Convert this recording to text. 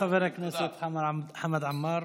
תודה, חבר הכנסת חמד עמאר.